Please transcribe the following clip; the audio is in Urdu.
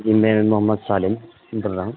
جی میں محمد سالم بول رہا ہوں